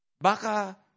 Baka